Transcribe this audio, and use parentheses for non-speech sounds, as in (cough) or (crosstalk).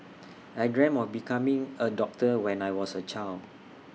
(noise) I dreamt of becoming A doctor when I was A child